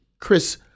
Chris